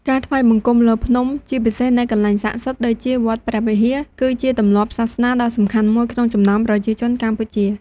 ការថ្វាយបង្គំលើភ្នំ ជាពិសេសនៅកន្លែងស័ក្តិសិទ្ធិដូចជាវត្តព្រះវិហារ គឺជាទម្លាប់សាសនាដ៏សំខាន់មួយក្នុងចំណោមប្រជាជនកម្ពុជា។